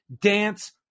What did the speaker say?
Dance